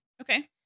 Okay